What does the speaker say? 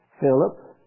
Philip